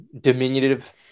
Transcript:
diminutive